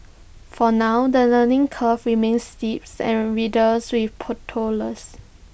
for now the learning curve remains steep and riddled with